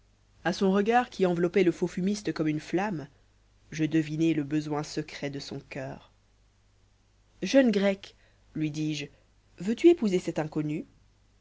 â son regard qui enveloppait le faux fumiste comme une flamme je devinai le besoin secret de son coeur jeune grecque lui dis-je veux-tu épouser cet inconnu